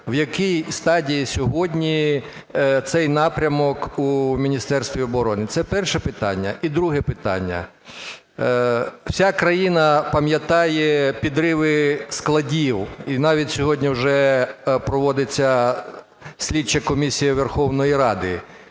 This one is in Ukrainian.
в якій стадії сьогодні цей напрямок у Міністерстві оборони? Це перше питання. І друге питання. Вся країна пам'ятає підриви складів, і навіть сьогодні вже проводиться слідча комісія Верховної Ради.